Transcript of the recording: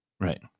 Right